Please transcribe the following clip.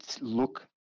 look